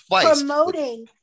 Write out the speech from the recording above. promoting